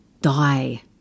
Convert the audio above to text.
die